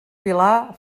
pilar